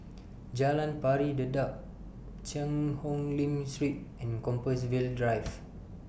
Jalan Pari Dedap Cheang Hong Lim Street and Compassvale Drive